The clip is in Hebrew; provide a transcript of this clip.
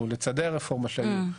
או לצעדי הרפורמה שהיו,